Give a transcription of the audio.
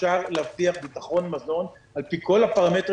אפשר להבטיח ביטחון מזון על פי כל הפרמטרים